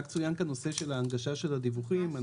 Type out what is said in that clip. צוין כאן הנושא של הנגשת המידע בקשר לדיווחים.